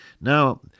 Now